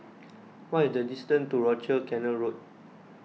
what is the distance to Rochor Canal Road